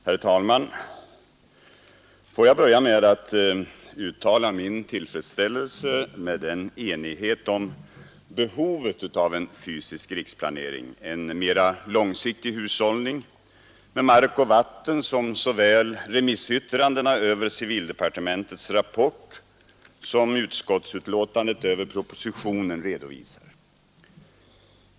Herr talman! Får jag börja med att uttala min tillfredsställelse med den enighet om behovet av en fysisk riksplanering, en mera långsiktig hushållning med mark och vatten, som såväl remissyttrandena över civildepartementets rapport som utskottsbetänkandet över propositionen redovisar.